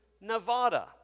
Nevada